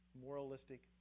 moralistic